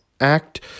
Act